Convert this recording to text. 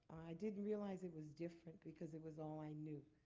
didn't realize it was different because it was all i knew.